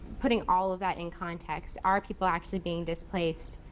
putting all of that in context, are people actually being displaced?